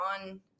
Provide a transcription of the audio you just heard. on